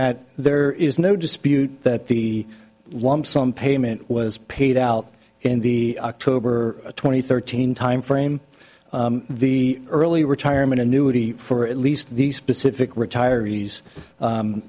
that there is no dispute that the lump sum payment was paid out in the october twenty third team timeframe the early retirement annuity for at least the specific retire